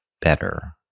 better